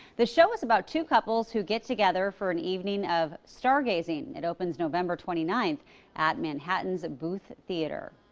the show is about two couples who get together for an evening of stargazing. it opens november twenty nine at manhattan's booth theater.